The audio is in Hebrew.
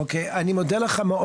אני מודה לך.